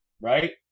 right